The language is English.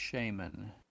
Shaman